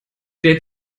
der